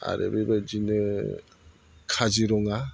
आरो बेबायदिनो काजिरङा